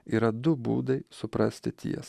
yra du būdai suprasti ties